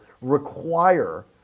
require